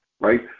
right